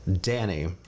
Danny